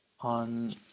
on